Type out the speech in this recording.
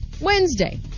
Wednesday